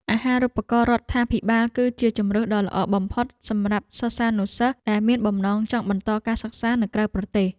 អាហារូបករណ៍រដ្ឋាភិបាលគឺជាជម្រើសដ៏ល្អបំផុតសម្រាប់សិស្សានុសិស្សដែលមានបំណងចង់បន្តការសិក្សានៅក្រៅប្រទេស។